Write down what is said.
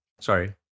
Sorry